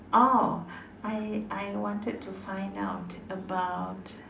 oh I I wanted to find out about